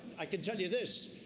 i can tell you this,